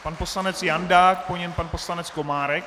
Pan poslanec Jandák, po něm pan poslanec Komárek.